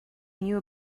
knew